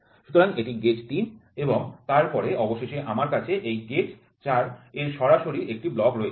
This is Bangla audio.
সুতরাং এটি গেজ ৩ এবং তারপরে অবশেষে আমার কাছে এই গেজ ৪ এর সরাসরি একটি ব্লক রয়েছে